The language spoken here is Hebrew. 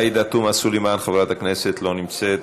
עאידה תומא סלימאן, חברת הכנסת, אינה נוכחת,